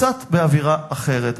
קצת באווירה אחרת.